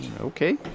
Okay